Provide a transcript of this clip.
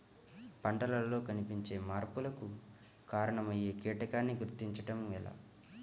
పంటలలో కనిపించే మార్పులకు కారణమయ్యే కీటకాన్ని గుర్తుంచటం ఎలా?